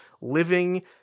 living